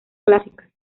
clásicas